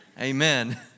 Amen